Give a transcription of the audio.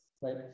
right